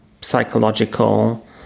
psychological